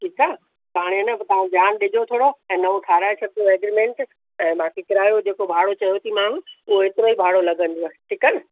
ठीकु आहे त हाणे अन पोइ तव्हां ध्यानु ॾिजो थोरो ऐं नओं ठाहिराए छॾिजो एग्रीमेंट त बाक़ी किरायो जेको भाड़ो चयोथीमांव उहो एतिरो ई भाड़ो लगंदव ठीकु आहे न